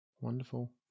Wonderful